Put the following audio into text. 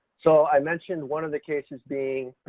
so i mentioned one of the cases being,